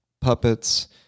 puppets